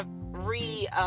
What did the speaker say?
re